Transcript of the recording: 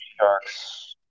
Sharks